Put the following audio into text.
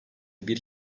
bir